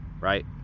right